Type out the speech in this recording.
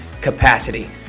capacity